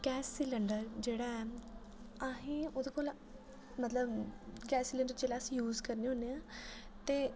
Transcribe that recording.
gas cylinder जेह्ड़ा ऐ असें ओह्दे कोला मतलब गैस सिलंडर जेल्लै अस यूज़ करने हुन्ने आं ते